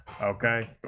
Okay